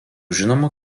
žinoma